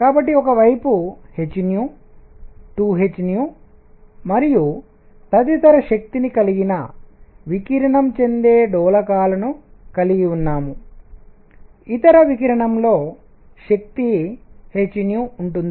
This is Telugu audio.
కాబట్టి ఒక వైపు h 2 h మరియు తదితర శక్తిని కలిగిన వికిరణం చేందే డోలకాల ను కలిగి ఉన్నాము ఇతర వికిరణంలో శక్తి h ఉంటుంది